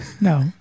No